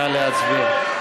נא להצביע.